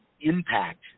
impact